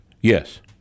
Yes